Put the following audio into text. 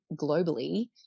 globally